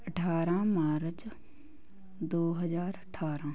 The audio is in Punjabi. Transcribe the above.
ਅਠਾਰਾਂ ਮਾਰਚ ਦੋ ਹਜ਼ਾਰ ਅਠਾਰਾਂ